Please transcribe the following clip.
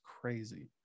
crazy